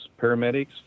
paramedics